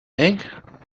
egg